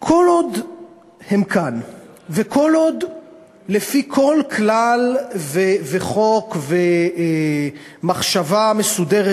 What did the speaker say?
כל עוד הם כאן וכל עוד לפי כל כלל וחוק ומחשבה מסודרת,